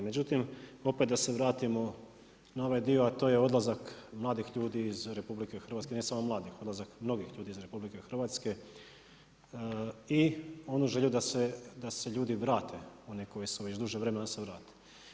Međutim, opet da se vratimo na ovaj dio a to je odlazak mladih ljudi iz RH, ne samo mladih, odlazak mnogih ljudi iz RH i onu želju da se ljudi vrate, oni koji su već duže vremena da se vrate.